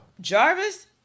Jarvis